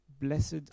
blessed